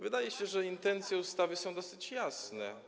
Wydaje się, że intencje ustawy są dosyć jasne.